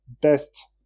best